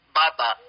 bata